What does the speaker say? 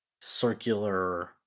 circular